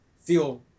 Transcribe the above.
feel